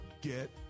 Get